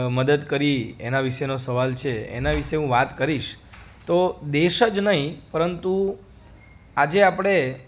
મદદ કરી એના વિશેનો સવાલ છે એના વિષે હું વાત કરીશ તો દેશ જ નહીં પરંતુ આજે આપણે